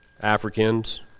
Africans